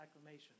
acclamation